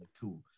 cool